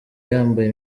yambaye